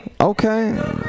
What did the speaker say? Okay